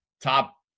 top